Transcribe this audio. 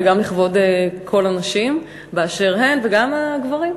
וגם לכבוד כל הנשים באשר הן וגם הגברים.